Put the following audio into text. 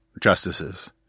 justices